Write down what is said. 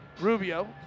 Rubio